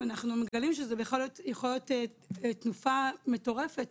אנחנו מגלים שזו יכולה להיות תנופה מטורפת